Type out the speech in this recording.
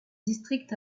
district